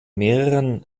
mehreren